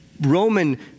Roman